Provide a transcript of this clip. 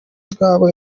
rw’abo